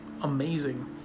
amazing